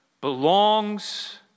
belongs